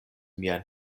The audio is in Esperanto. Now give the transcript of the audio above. mian